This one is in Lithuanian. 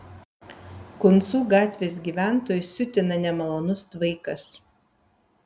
kuncų gatvės gyventojus siutina nemalonus tvaikas